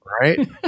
Right